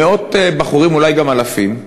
למאות בחורים, אולי גם אלפים,